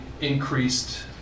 increased